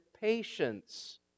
patience